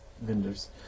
vendors